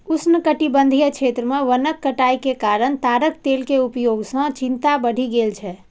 उष्णकटिबंधीय क्षेत्र मे वनक कटाइ के कारण ताड़क तेल के उपयोग सं चिंता बढ़ि गेल छै